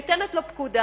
כשניתנת לו פקודה